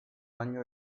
año